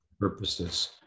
purposes